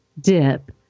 dip